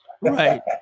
Right